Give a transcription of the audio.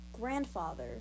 grandfather